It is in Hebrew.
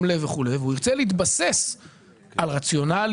לב וכו' והוא ירצה להתבסס על רציונלים,